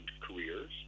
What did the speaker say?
careers